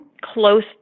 close